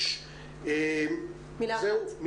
השני 1-800-250025. בבקשה.